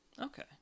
Okay